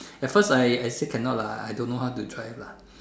at first I I say cannot lah I don't know how to drive lah